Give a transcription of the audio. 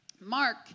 Mark